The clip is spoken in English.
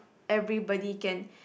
everybody can